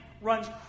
runs